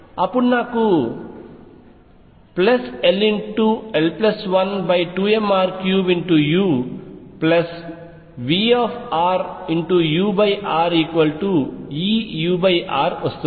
అప్పుడు నాకు ll12mr3uVrurEur వస్తుంది